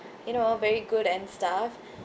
you know very good and stuff